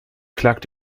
klagt